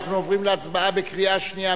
אנחנו עוברים להצבעה בקריאה שנייה,